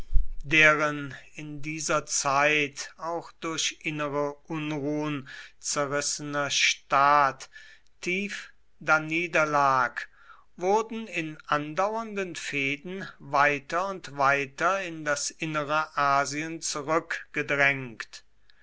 deren in dieser zeit auch durch innere unruhen zerrissener staat tief daniederlag wurden in andauernden fehden weiter und weiter in das innere asien zurückgedrängt